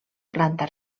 planta